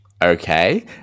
Okay